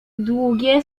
długie